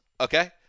okay